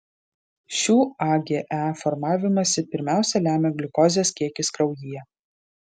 šių age formavimąsi pirmiausia lemia gliukozės kiekis kraujyje